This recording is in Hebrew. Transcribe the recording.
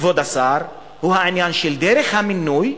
כבוד השר, הוא העניין של דרך המינוי,